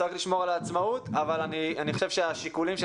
צריך לשמור על העצמאות אבל אני חושב שהשיקולים של